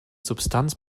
substanz